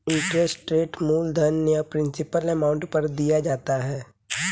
interest rate मूलधन या principal amount पर दिया जाता है